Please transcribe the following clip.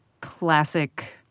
classic